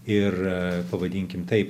ir pavadinkim taip